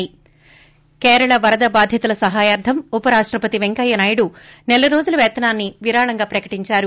ి కేరళ వరద బాధితుల సహాయార్లం ఉప రాష్టపతి వెంకయ్యనాయుడు నెలరోజుల పేతనాన్ని విరాళంగా ప్రకిటించారు